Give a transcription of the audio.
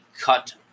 cut